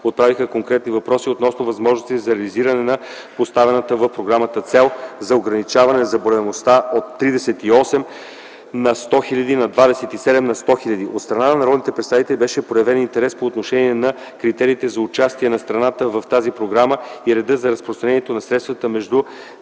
отправиха конкретни въпроси относно възможностите за реализиране на поставената в програмата цел за ограничаване на заболеваемостта от 38 на 100 000 на 27 на 100 000. От страна на народните представители беше проявен интерес по отношение на критериите за участие на страните в тази програма и реда за разпределянето на средствата между